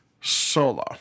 solo